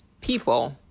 people